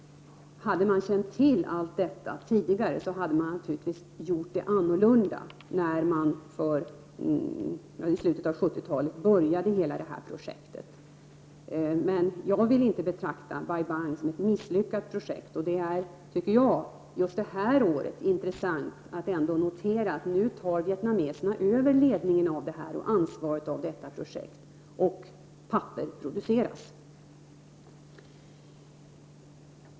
Hade man tidigare känt till allt det som man nu vet hade man naturligtvis gjort det på ett annat sätt när man i slutet av 1970-talet påbörjade projektet. Men jag vill inte betrakta Bai Bang som ett misslyckat projekt. Det är, tycker jag, just det här året intressant att notera att vietnameserna nu tar över ledningen av och ansvaret för projektet och att papper produceras.